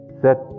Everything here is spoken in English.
set